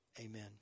Amen